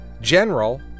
General